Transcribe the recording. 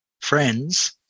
Friends